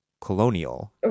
colonial